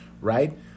right